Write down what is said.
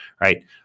right